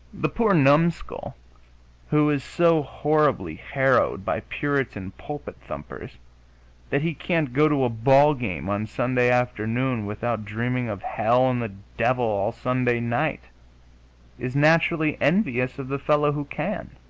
the poor numskull who is so horribly harrowed by puritan pulpit-thumpers that he can't go to a ball game on sunday afternoon without dreaming of hell and the devil all sunday night is naturally envious of the fellow who can,